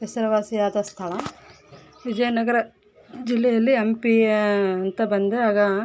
ಹೆಸರುವಾಸಿಯಾದ ಸ್ಥಳ ವಿಜಯನಗರ ಜಿಲ್ಲೆಯಲ್ಲಿ ಹಂಪಿ ಅಂತ ಬಂದರೆ ಆಗ